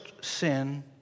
sin